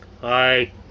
Hi